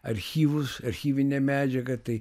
archyvus archyvinę medžiagą tai